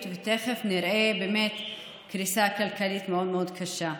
ותכף נראה קריסה כלכלית מאוד מאוד קשה.